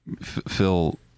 Phil